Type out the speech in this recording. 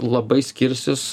labai skirsis